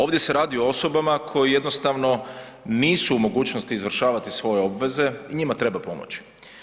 Ovdje se radi o osobama koje jednostavno nisu u mogućnosti izvršavati svoje obveze i njima treba pomoći.